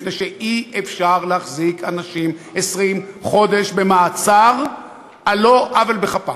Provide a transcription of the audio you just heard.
מפני שאי-אפשר להחזיק אנשים 20 חודש במעצר על לא עוול בכפם.